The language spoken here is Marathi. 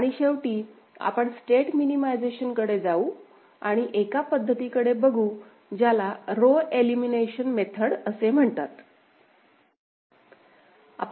आणि शेवटी आपण स्टेट मिनिमायझेशनकडे जाऊ आणि एका पध्दतीकडे बघू ज्याला रो एलिमिनेशन मेथड म्हणतात